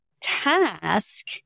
task